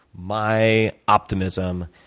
my optimism,